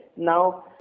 Now